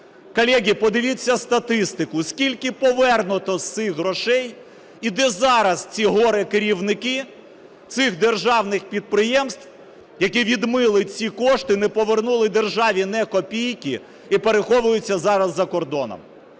Колеги, подивіться статистику, скільки повернуто з цих грошей і де зараз ці горе-керівники цих державних підприємств, які відмили ці кошти, не повернули державі ні копійки і переховуються зараз за кордоном.